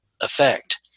effect